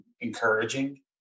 encouraging